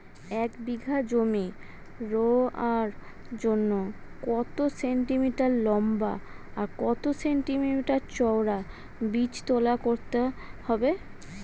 এক বিঘা জমি রোয়ার জন্য কত সেন্টিমিটার লম্বা আর কত সেন্টিমিটার চওড়া বীজতলা করতে হবে?